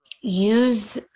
use